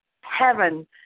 heaven